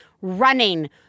running